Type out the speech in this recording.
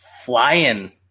flying